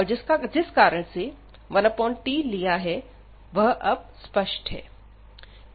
और जिसका कारण से1t लिया है वह अब स्पष्ट है